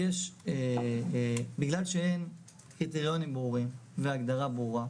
בגלל שאין קריטריונים ברורים והגדרה ברורה,